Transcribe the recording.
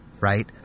right